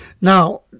Now